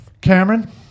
Cameron